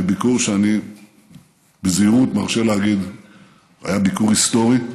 בביקור שאני בזהירות מרשה להגיד שהיה ביקור היסטורי,